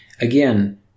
Again